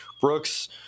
Brooks